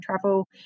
travel